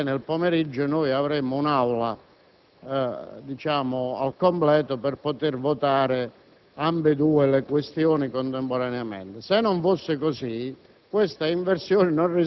significherebbe che nel pomeriggio avremmo un'Aula al completo per poter votare ambedue le questioni contemporaneamente.